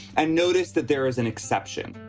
and notice that there is an exception.